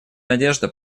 надежда